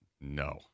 No